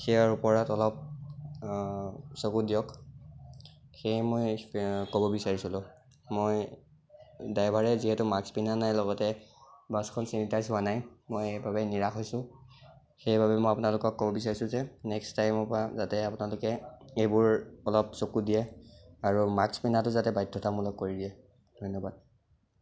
সেইয়াৰ ওপৰত অলপ চকু দিয়ক সেই মই ক'ব বিচাৰিছিলোঁ মই ড্ৰাইভাৰে যিহেতু মাক্স পিন্ধা নাই লগতে বাছখন ছেনি়টাইজ হোৱা নাই মই সেইবাবে নিৰাশ হৈছোঁ সেইবাবে মই আপোনালোকক ক'ব বিচাৰিছোঁ যে নেক্সট টাইমৰপৰা যাতে আপোনালোকে সেইবোৰ অলপ চকু দিয়ে আৰু মাক্স পিন্ধাটো যাতে বাধ্য়তামূলক কৰি দিয়ে ধন্য়বাদ